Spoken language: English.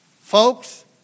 Folks